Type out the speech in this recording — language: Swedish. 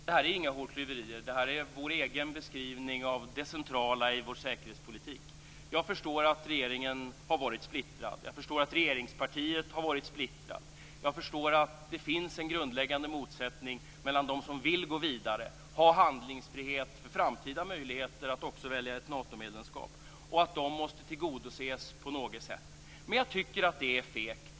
Fru talman! Det här är inga hårklyverier, utan det här är vår egen beskrivning av det centrala i vår säkerhetspolitik. Jag förstår att regeringen har varit splittrad. Jag förstår att regeringspartiet har varit splittrat. Jag förstår att det finns en grundläggande motsättning mellan dem som vill gå vidare och ha handlingsfrihet för framtida möjligheter att också välja ett Natomedlemskap och att de måste tillgodoses på något sätt. Men jag tycker att det är fegt.